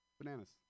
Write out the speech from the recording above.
Bananas